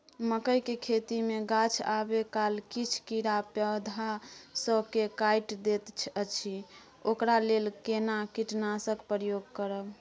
मकई के खेती मे गाछ आबै काल किछ कीरा पौधा स के काइट दैत अछि ओकरा लेल केना कीटनासक प्रयोग करब?